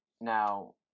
Now